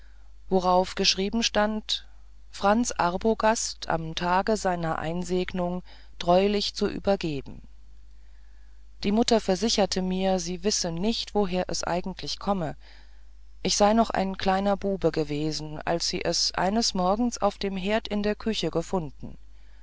worauf geschrieben stand franz arbogast am tage seiner einsegnung treulich zu übergeben die mutter versicherte mir sie wisse nicht woher es eigentlich komme ich sei noch ein kleiner bube gewesen als sie es eines morgens auf dem herd in der küche gefunden